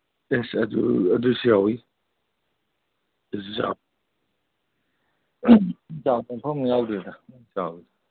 ꯑꯦꯁ ꯑꯗꯨ ꯑꯗꯨꯁꯨ ꯌꯥꯎꯋꯤ ꯆꯥꯎꯗꯕ ꯃꯐꯝ ꯑꯝꯕꯧ ꯌꯥꯎꯗꯦꯗ ꯆꯥꯎꯏ